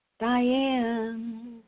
Diane